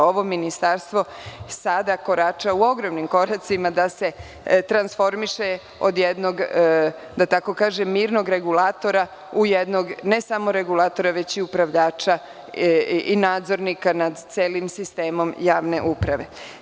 Ovo Ministarstvo sada korača ogromnim koracima da se transformiše od jednog, da tako kažem, mirnog regulatora u jednog ne samo regulatora, već i upravljača i nadzornika nad celim sistemom javne uprave.